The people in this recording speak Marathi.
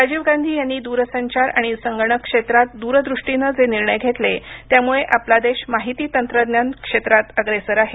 राजीव गांधी यांनी दूरसंचार आणि संगणक क्षेत्रात दूरदृष्टीनं जे निर्णय घेतले त्यामुळे आपला देश माहिती तंत्रज्ञान क्षेत्रात अग्रेसर आहे